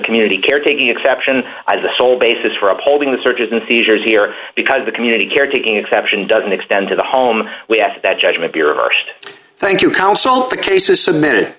community care taking exception as a sole basis for upholding the searches and seizures here because the community care taking exception doesn't extend to the home we asked that judgment your st thank you council for cases submitted